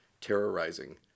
terrorizing